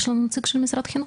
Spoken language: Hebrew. יש לנו נציג של משרד החינוך?